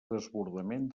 desbordament